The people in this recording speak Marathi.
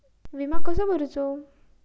विमा कसो भरूचो?